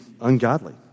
ungodly